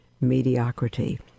mediocrity